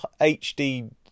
HD